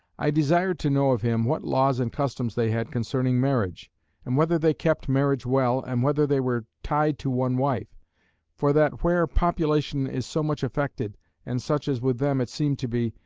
i desired to know of him what laws and customs they had concerning marriage and whether they kept marriage well and whether they were tied to one wife for that where population is so much affected and such as with them it seemed to be,